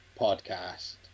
Podcast